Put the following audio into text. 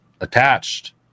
attached